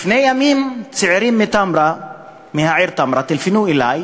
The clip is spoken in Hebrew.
לפני ימים, צעירים מהעיר תמרה טלפנו אלי,